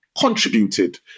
contributed